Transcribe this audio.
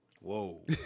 Whoa